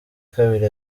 kabiri